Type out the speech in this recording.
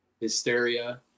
Hysteria